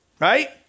right